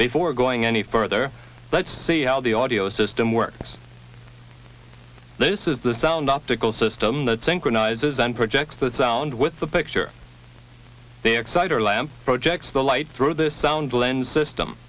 before going any further let's see how the audio system works this is the sound optical system that synchronizes then project the sound with the picture the exciter lamp projects the light through the sound lens system